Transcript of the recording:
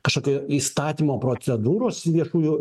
kažkokio įstatymo procedūros viešųjų